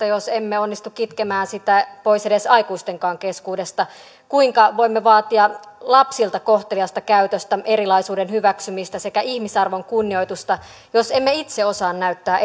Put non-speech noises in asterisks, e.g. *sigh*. *unintelligible* jos emme onnistu kitkemään sitä pois edes aikuisten keskuudesta kuinka voimme vaatia lapsilta kohteliasta käytöstä erilaisuuden hyväksymistä sekä ihmisarvon kunnioitusta jos emme itse osaa näyttää *unintelligible*